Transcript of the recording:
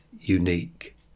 unique